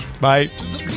bye